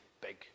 big